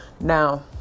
now